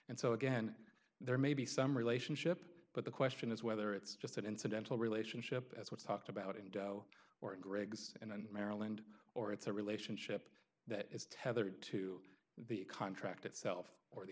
and so again there may be some relationship but the question is whether it's just an incidental relationship as was talked about indo or greg's and maryland or it's a relationship that is tethered to the contract itself or the